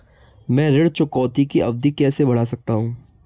मैं ऋण चुकौती की अवधि कैसे बढ़ा सकता हूं?